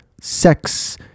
Sex